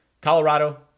Colorado